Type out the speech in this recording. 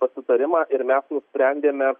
pasitarimą ir mes nusprendėme